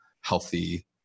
healthy